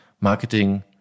marketing